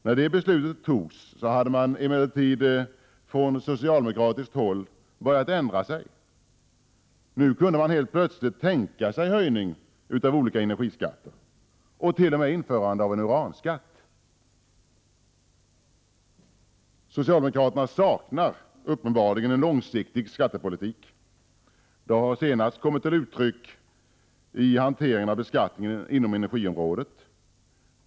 När detta beslut fattades hade man emellertid från socialdemokratiskt håll börjat ändra sig. Nu kunde man helt plötsligt tänka sig höjning av olika energiskatter och t.o.m. införande av en uranskatt. Socialdemokraterna saknar uppenbarligen en långsiktig skattepolitik. Detta har senast kommit till uttryck i hanteringen av beskattningen inom energiområdet.